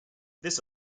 this